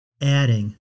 adding